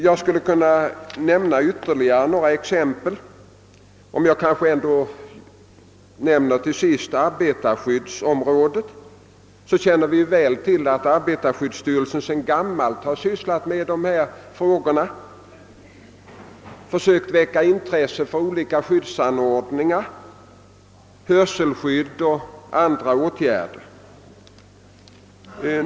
Jag skulle kunna anföra ytterligare några exempel, men jag kanske till sist bara skall nämna arbetarskyddsområdet. Som vi känner väl till har arbetarskyddsstyrelsen sedan gammalt sysselsatt sig med dessa problem och försökt väcka intresse för införande av olika skyddsanordningar, såsom hörselskydd och andra åtgärder mot bullret.